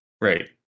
Right